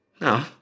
No